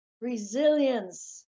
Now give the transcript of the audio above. Resilience